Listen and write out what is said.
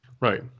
Right